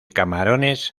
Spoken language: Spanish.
camarones